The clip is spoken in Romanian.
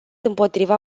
împotriva